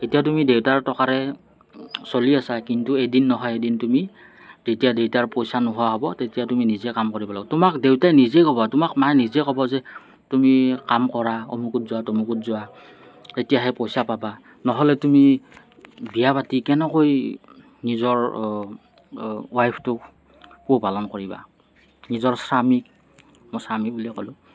এতিয়া তুমি দেউতাৰ টকাৰে চলি আছা কিন্তু এদিন নহয় এদিন তুমি যেতিয়া দেউতাৰ পইচা নোহোৱা হ'ব তেতিয়া তুমি নিজে কাম কৰিব লাগিব তোমাক দেউতাই নিজে ক'ব তোমাক মায়ে নিজে ক'ব যে তুমি কাম কৰা অমুকত যোৱা তমুকত যোৱা তেতিয়াহে পইচা পাবা নহ'লে তুমি বিয়া পাতি কেনেকৈ নিজৰ ৱাইফটোক পোহপালন কৰিবা নিজৰ স্বামীক মই স্বামী বুলিয়ে ক'লোঁ